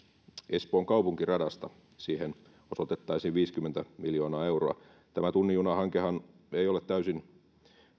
espoon kaupunkiradasta siihen osoitettaisiin viisikymmentä miljoonaa euroa tämä tunnin juna hankehan ei ole täysin